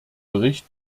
bericht